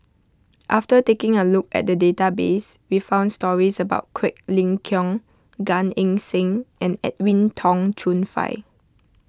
after taking a look at the database we found stories about Quek Ling Kiong Gan Eng Seng and Edwin Tong Chun Fai